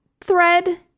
thread